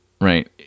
Right